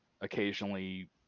occasionally